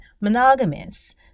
monogamous